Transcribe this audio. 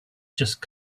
just